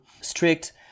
strict